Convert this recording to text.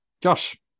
Josh